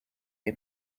new